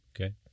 Okay